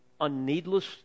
unneedless